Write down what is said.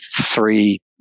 three